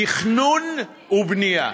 תכנון ובנייה.